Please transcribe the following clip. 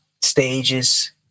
stages